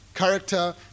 character